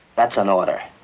that's an order.